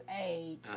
age